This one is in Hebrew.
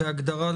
בהגדרה,